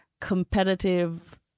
competitive